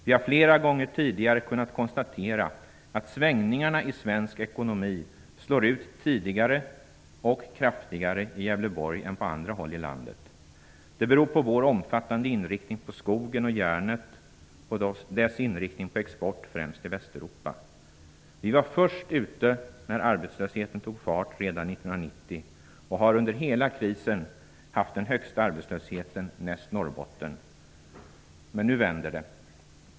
Vi har flera gånger tidigare kunnat konstatera att svängningarna i svensk ekonomi slår ut tidigare och kraftigare i Gävleborg än på andra håll i landet. Det beror på vår omfattande inriktning på skogen och järnet och dess inriktning på export främst till Västeuropa. Vi var först ute när arbetslösheten tog fart redan 1990, och har under hela krisen haft den högsta arbetslösheten näst Norrbotten. Men nu vänder det.